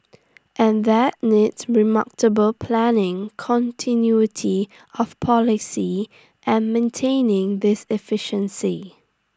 and that needs remarkable planning continuity of policy and maintaining this efficiency